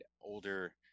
older